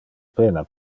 pena